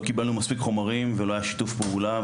קיבלנו מספיק חומרים ולא היה שיתוף פעולה,